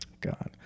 God